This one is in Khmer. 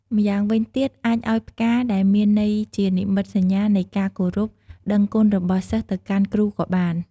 ម្យ៉ាងវិញទៀតអាចឲ្យផ្កាដែលមានន័យជានិមិត្តសញ្ញានៃការគោរព ដឹងគុណរបស់សិស្សទៅកាន់គ្រូក៏បាន។